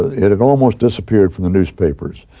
ah it had almost disappeared from the newspapers.